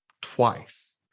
twice